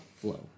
Flow